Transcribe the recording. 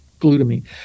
glutamine